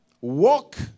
Walk